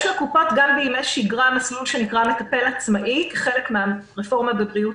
יש לקופות גם בימי שגרה מסלול שנקרא מטפל עצמאי כחלק מן הרפורמה בבריאות